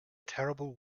terrible